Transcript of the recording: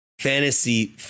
fantasy